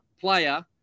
player